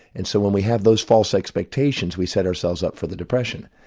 and so when we have those false expectations we set ourselves up for the depression.